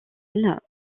elle